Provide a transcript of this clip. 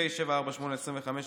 פ/2540/25,